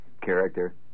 character